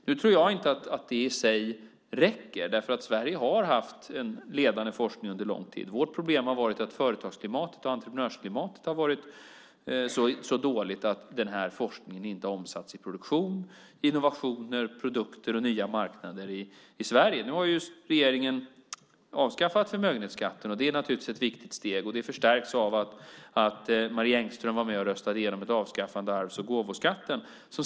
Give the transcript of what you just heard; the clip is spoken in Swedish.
Nu tror inte jag att det i sig räcker, därför att Sverige har haft en ledande forskning under lång tid. Vårt problem har varit att företagsklimatet och entreprenörsklimatet har varit så dåligt att forskningen inte har omsatts i produktion, innovationer, produkter och nya marknader i Sverige. Nu har regeringen avskaffat förmögenhetsskatten, och det är naturligtvis ett viktigt steg. Det förstärks av att Marie Engström var med och röstade igenom ett avskaffande av arvs och gåvoskatten.